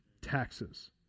Taxes